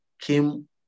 came